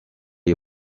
est